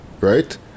right